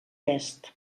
est